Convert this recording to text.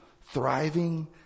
thriving